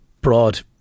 broad